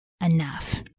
enough